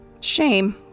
Shame